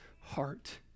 heart